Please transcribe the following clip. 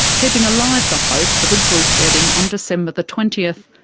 keeping alive the hope of a group wedding on december the twentieth,